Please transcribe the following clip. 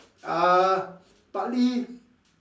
uh partly